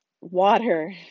water